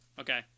Okay